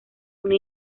una